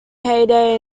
heyday